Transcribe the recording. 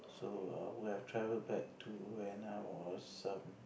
so I'd have traveled back to when I was um